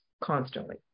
constantly